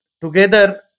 together